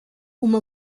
uma